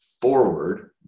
forward